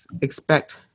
expect